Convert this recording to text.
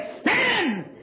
Stand